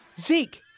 Zeke